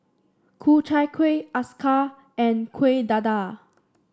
Ku Chai Kuih acar and Kueh Dadar